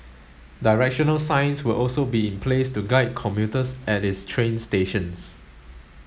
directional signs will also be in place to guide commuters at its train stations